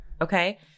Okay